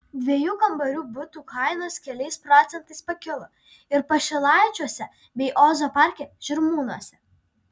dviejų kambarių butų kainos keliais procentais pakilo ir pašilaičiuose bei ozo parke žirmūnuose